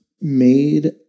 made